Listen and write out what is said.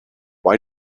why